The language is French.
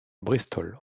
bristol